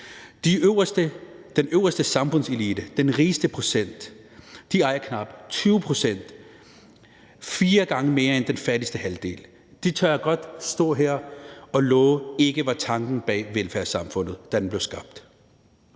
Den øverste samfundselite, den rigeste procent, ejer knap 20 pct. – 4 gange mere end den fattigste halvdel. Det tør jeg godt stå her og love ikke var tanken bag velfærdssamfundet, da det blev skabt.